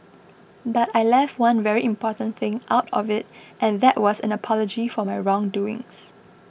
but I left one very important thing out of it and that was an apology for my wrong doings